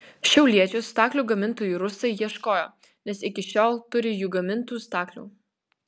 šiauliečių staklių gamintojų rusai ieškojo nes iki šiol turi jų gamintų staklių